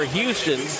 Houston